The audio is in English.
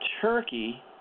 Turkey